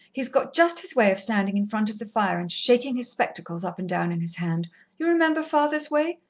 he's got just his way of standing in front of the fire and shaking his spectacles up and down in his hand you remember father's way?